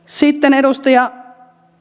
sitten edustaja ja